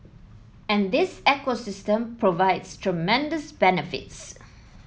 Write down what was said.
and this ecosystem provides tremendous benefits